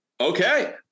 Okay